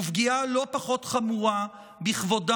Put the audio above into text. ופגיעה לא פחות חמורה בכבודם,